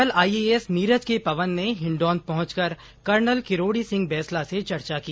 कल IAS Neeraj K Pawan ने हिंडौन पहुंचकर कर्नल किरोड़ी सिंह बैंसला से चर्चा की